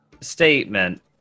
statement